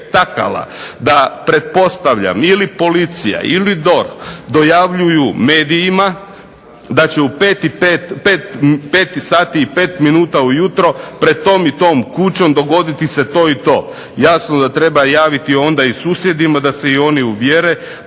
spektakala, da pretpostavljam ili policija Ili DORH dojavljuju medijima da će u 5 sati i 5 minuta ujutro pred tom i tom kućom dogoditi se to i to, jasno da treba onda javiti susjedima da se i oni uvjere,